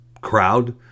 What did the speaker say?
crowd